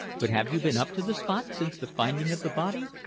but have you been up to the spot since the finding of the body?